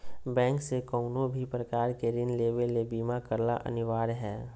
bank से कउनो भी प्रकार के ऋण लेवे ले बीमा करला अनिवार्य हय